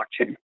blockchain